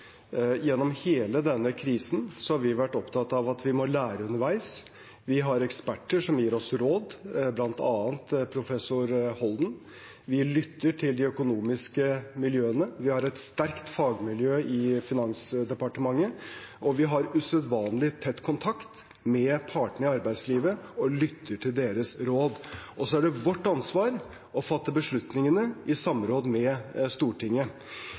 Gjennom hele denne krisen har vi vært opptatt av at vi må lære underveis. Vi har eksperter som gir oss råd, bl.a. professor Holden. Vi lytter til de økonomiske miljøene, vi har et sterkt fagmiljø i Finansdepartementet, og vi har usedvanlig tett kontakt med partene i arbeidslivet og lytter til deres råd. Så er det vårt ansvar å fatte beslutningene i samråd med Stortinget.